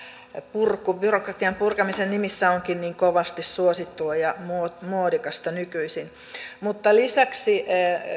purku byrokratian purkamisen nimissä onkin niin kovasti suosittua ja muodikasta nykyisin mutta lisäksi